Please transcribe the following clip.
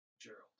gerald